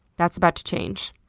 that's about to change.